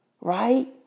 Right